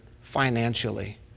financially